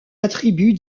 attribuent